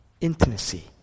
intimacy